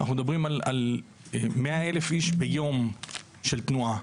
אנחנו מדברים על 100 אלף איש ביום של תנועה.